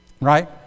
Right